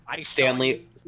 Stanley